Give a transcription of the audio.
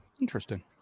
interesting